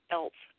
else